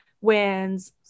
wins